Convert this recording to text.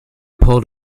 pulled